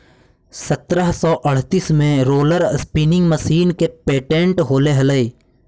सत्रह सौ अड़तीस में रोलर स्पीनिंग मशीन के पेटेंट होले हलई